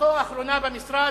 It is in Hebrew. החלטתו האחרונה במשרד,